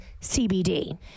CBD